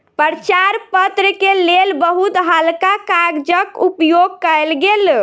प्रचार पत्र के लेल बहुत हल्का कागजक उपयोग कयल गेल